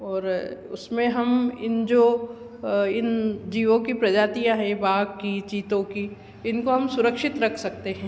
और उसमें हम इन जो इन जीवों की प्रजातियाँ हैं बाघ की चीतों की इनको हम सुरक्षित रख सकते हैं